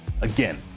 Again